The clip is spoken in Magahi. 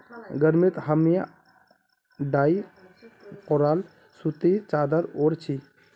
गर्मीत हामी डाई कराल सूती चादर ओढ़ छि